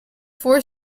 four